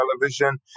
television